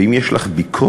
ואם יש לך ביקורת,